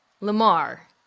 Lamar